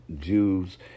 Jews